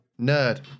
Nerd